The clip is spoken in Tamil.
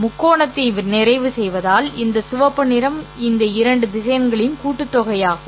முக்கோணத்தை நிறைவு செய்தால் இந்த சிவப்பு நிறம் இந்த இரண்டு திசையன்களின் கூட்டுத்தொகையாகும்